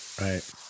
right